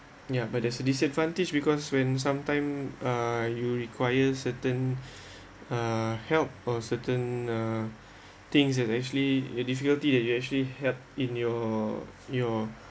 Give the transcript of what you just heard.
ya but there's disadvantage because when sometime uh you require certain uh help or certain uh things that actually difficulty that you actually had it your your